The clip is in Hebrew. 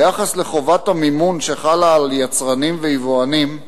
ביחס לחובת המימון שחלה על יצרנים ויבואנים,